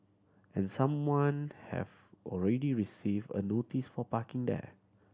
and someone have already received a notice for parking there